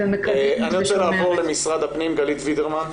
אני רוצה לעבור לנציגת משרד הפנים, גלית וידרמן.